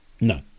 No